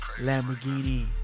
Lamborghini